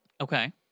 Okay